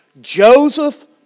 Joseph